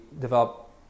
develop